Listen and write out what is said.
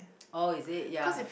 oh is it ya